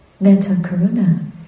metta-karuna